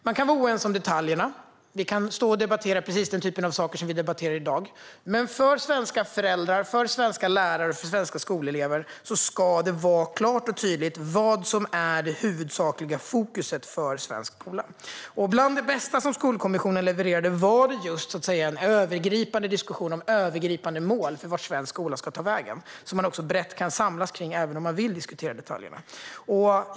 Vi kan vara oense om detaljerna. Vi kan debattera de frågor vi debatterar i dag, men för svenska föräldrar, lärare och skolelever ska det vara klart och tydligt vad som är det huvudsakliga fokuset för svensk skola. Bland det bästa som skolkommissionen levererade var just en övergripande diskussion om övergripande mål för vart svensk skola ta vägen, som man brett kan samlas runt även om man vill diskutera detaljerna.